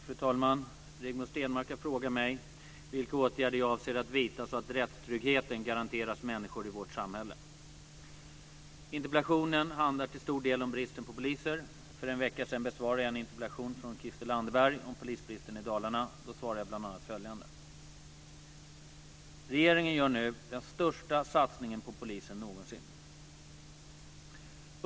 Fru talman! Rigmor Stenmark har frågat mig vilka åtgärder jag avser att vidta så att rättstryggheten garanteras människor i vårt samhälle. Interpellationen handlar till stor del om bristen på poliser. För en vecka sedan besvarade jag en interpellation från Christel Anderberg om polisbristen i Dalarna. Då svarade jag bl.a. följande: Regeringen gör nu den största satsningen på polisen någonsin.